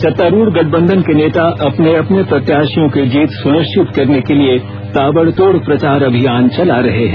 सत्तारूढ़ गठबंधन के नेता अपने प्रत्याशियों की जीत सुनिश्चित करने के लिए ताबड़तोड प्रचार अभियान चला रहे हैं